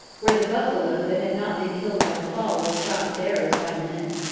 where the buffalo that had not been killed by the fall were shot with arrows by the men.